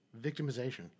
victimization